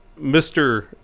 Mr